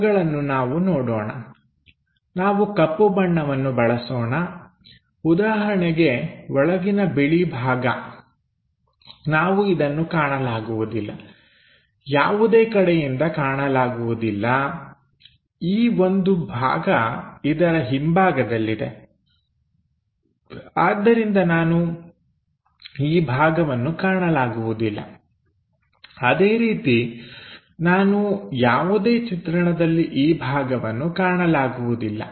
ಅವುಗಳನ್ನು ನಾವು ನೋಡೋಣ ನಾವು ಕಪ್ಪು ಬಣ್ಣವನ್ನು ಬಳಸೋಣ ಉದಾಹರಣೆಗೆ ಒಳಗಿನ ಬಿಳಿ ಭಾಗ ನಾವು ಇದನ್ನು ಕಾಣಲಾಗುವುದಿಲ್ಲ ಯಾವುದೇ ಕಡೆಯಿಂದ ಕಾಣಲಾಗುವುದಿಲ್ಲ ಈ ಒಂದು ಭಾಗ ಇದರ ಹಿಂಭಾಗದಲ್ಲಿದೆ ಆದ್ದರಿಂದ ನಾನು ಈ ಭಾಗವನ್ನು ಕಾಣಲಾಗುವುದಿಲ್ಲ ಅದೇ ರೀತಿ ನಾನು ಯಾವುದೇ ಚಿತ್ರಣದಲ್ಲಿ ಈ ಭಾಗವನ್ನು ಕಾಣಲಾಗುವುದಿಲ್ಲ